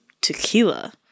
tequila